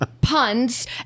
puns